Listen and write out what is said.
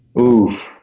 Oof